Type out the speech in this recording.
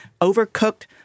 overcooked